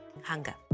hunger